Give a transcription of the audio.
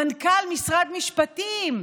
מנכ"ל משרד המשפטים?